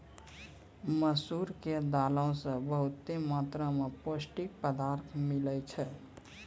मसूर के दालो से बहुते मात्रा मे पौष्टिक पदार्थ मिलै छै